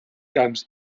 camps